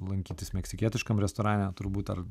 lankytis meksikietiškam restorane turbūt ar